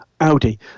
Audi